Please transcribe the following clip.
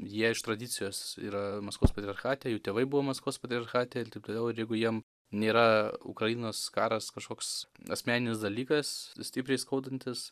jie iš tradicijos yra maskvos patriarchate jų tėvai buvo maskvos patriarchate ir taip toliau ir jeigu jiem nėra ukrainos karas kažkoks asmeninis dalykas stipriai skaudantis